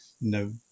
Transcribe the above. no